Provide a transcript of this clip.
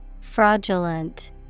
Fraudulent